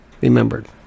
remembered